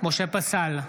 משה פסל,